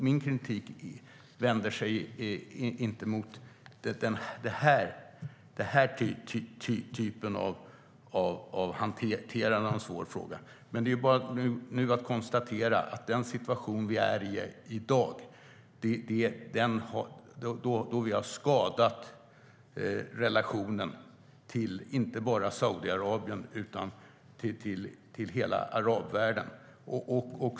Min kritik vänder sig inte mot den här typen av hantering av en svår fråga. Det är bara att konstatera att vi i dag är i den situationen att vi har skadat inte bara relationen till Saudiarabien utan till hela arabvärlden.